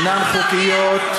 אינן חוקיות,